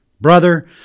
Brother